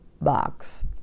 box